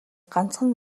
ганцхан